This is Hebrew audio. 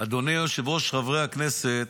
אדוני היושב-ראש, חברי הכנסת,